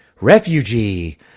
refugee